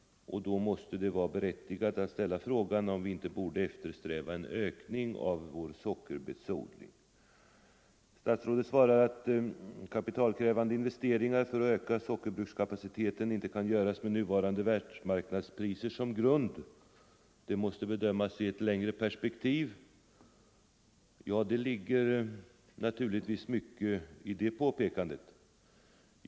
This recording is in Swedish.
Då måste det vara berättigat att ställa frågan om vi inte borde eftersträva en ökning av vår sockerbetsodling. Statsrådet svarar att kapitalkrävande investeringar för att öka sockerbrukskapaciteten inte kan göras med nuvarande världsmarknadspriser som grund. Detta måste bedömas i ett längre perspektiv, säger statsrådet. Det ligger mycket i det påpekandet.